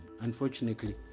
Unfortunately